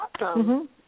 awesome